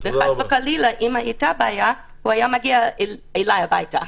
כי חס וחלילה אם הייתה בעיה הוא היה מגיע אליי הביתה.